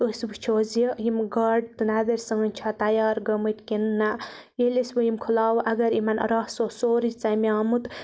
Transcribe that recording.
أسۍ وٕچھو زِ یِم گاڈٕ تہٕ نَدٕرۍ سٲنٛۍ چھےٚ تَیار گٔمٕتۍ کِنہٕ نہَ ییٚلہِ أسۍ وۄنۍ یِم کھُلاوو اگر یِمَن رَس اوس سورُے ژَمیومُت